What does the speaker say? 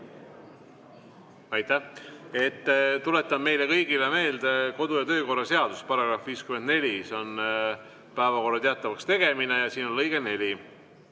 Aitäh! Tuletan meile kõigile meelde kodu- ja töökorra seaduse § 54, see on päevakorra teatavakstegemine. Siin on lõige 4,